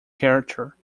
character